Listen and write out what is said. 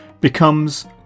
becomes